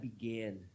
began